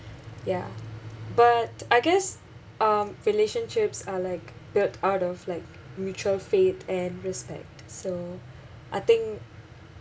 ya but I guess um relationships are like built out of like mutual faith and respect so I think